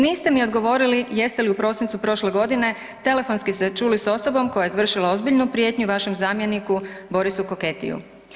Niste mi odgovorili jeste li u prosincu prošle godine telefonski se čuli s osobom koja je izvršila ozbiljnu prijetnju vašem zamjeniku Borisu Koketiju.